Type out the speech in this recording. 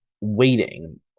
waiting